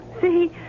See